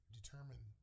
determine